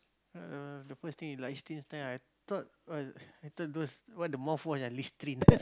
uh the first thing with Liechtenstein I thought what I thought those what the mouthwash ah Listerine